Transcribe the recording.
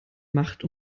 macht